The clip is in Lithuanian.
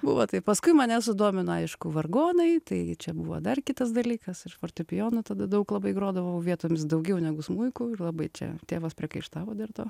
buvo taip paskui mane sudomino aišku vargonai tai čia buvo dar kitas dalykas ir fortepijonu tada daug labai grodavau vietomis daugiau negu smuiku ir labai čia tėvas priekaištavo dar to